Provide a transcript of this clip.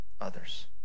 others